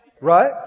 Right